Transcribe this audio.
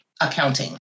accounting